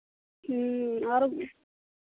और